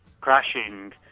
crashing